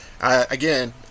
again